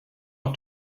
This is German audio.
auf